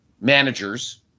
managers